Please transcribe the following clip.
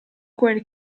quel